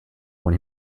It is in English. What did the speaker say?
when